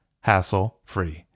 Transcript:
hassle-free